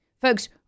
Folks